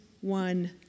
one